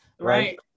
right